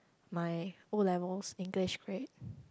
my O-levels English grade